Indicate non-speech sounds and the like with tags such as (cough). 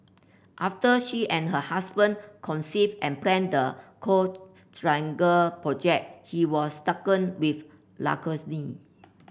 after she and her husband conceived and planned the Coral Triangle project he was stricken with (unintelligible)